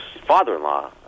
father-in-law